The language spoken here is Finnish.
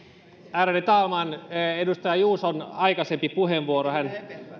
ärade talman edustaja juuso aikaisemmassa puheenvuorossaan